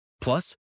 Plus